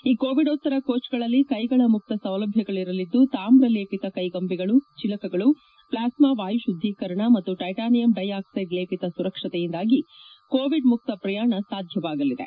ಈ ಕೋವಿಡೋತ್ತರ ಕೋಚ್ಗಳಲ್ಲಿ ಕೈಗಳ ಮುಕ್ತ ಸೌಲಭ್ಯಗಳರಲಿದ್ದು ತಾಮ್ರ ಲೇಪಿತ ಕೈಗಂಬಿಗಳು ಚಿಲಕಗಳು ಪ್ಲಾಸ್ಮಾ ವಾಯು ಶುದ್ಧಿಕರಣ ಮತ್ತು ಟೈಟಾನಿಯಮ್ ಡೈ ಆಕ್ಸೈಡ್ ಲೇಪಿತ ಸುರಕ್ಷತೆಯಿಂದಾಗಿ ಕೋವಿಡ್ ಮುಕ್ತ ಪ್ರಯಾಣ ಸಾಧ್ಯವಾಗಲಿದೆ